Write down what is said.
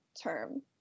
term